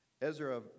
Ezra